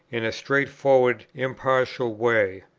in a straightforward impartial way,